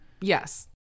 Yes